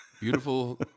Beautiful